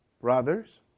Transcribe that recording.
Brothers